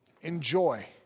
Enjoy